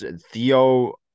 Theo